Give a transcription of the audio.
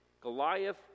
Goliath